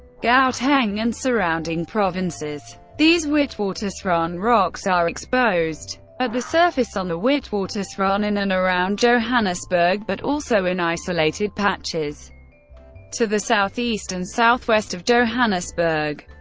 gauteng and surrounding provinces. these witwatersrand rocks are exposed at the surface on the witwatersrand, in and around johannesburg, but also in isolated patches to the south-east and south-west of johannesburg,